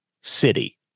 city